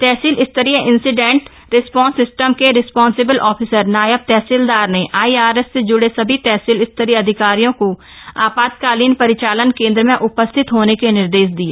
तहसील स्तरीय incident response system के responsible officer नायब तहसीलदार ने आईआरएस से ज्डे सभी तहसील स्तरीय अधिकारियों को आपातकालीन परिचालन केन्द्र में उपस्थित होने के निर्देश दिए